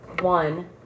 one